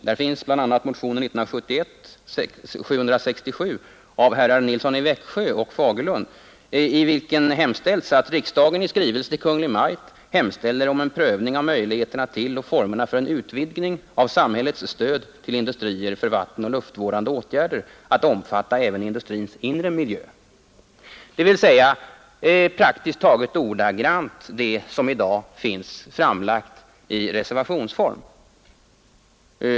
I motionen 1971:767 av herrar Nilsson i Växjö och Fagerlund yrkades att riksdagen skulle i skrivelse till Kungl. Maj:t hemställa om en prövning av möjligheterna till och formerna för utvidgning av samhällets stöd till industrier för vattenoch luftvårdande åtgärder att omfatta även industrins inre miljö. Det är praktiskt taget ordagrant det förslag som i dag finns framlagt i reservationsform.